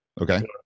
Okay